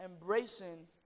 embracing